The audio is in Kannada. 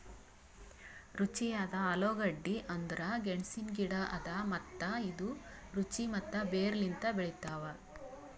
ರುಚಿಯಾದ ಆಲೂಗಡ್ಡಿ ಅಂದುರ್ ಗೆಣಸಿನ ಗಿಡ ಅದಾ ಮತ್ತ ಇದು ರುಚಿ ಮತ್ತ ಬೇರ್ ಲಿಂತ್ ಬೆಳಿತಾವ್